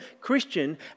Christian